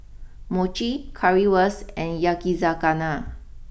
Mochi Currywurst and Yakizakana